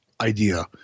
idea